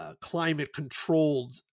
climate-controlled